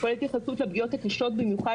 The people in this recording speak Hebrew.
כולל התייחסות לפגיעות הקשות במיוחד